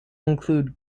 include